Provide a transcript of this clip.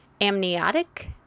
Amniotic